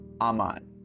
Aman